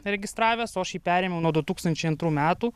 registravęs o aš jį perėmiau nuo du tūkstančiai antrų metų